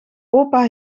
opa